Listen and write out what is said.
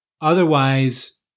Otherwise